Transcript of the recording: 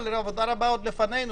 אבל עבודה רבה עוד לפנינו.